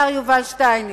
השר יובל שטייניץ,